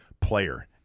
player